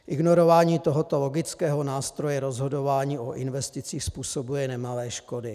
Ignorování tohoto logického nástroje rozhodování o investicích způsobuje nemalé škody.